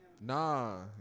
nah